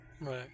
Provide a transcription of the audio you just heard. Right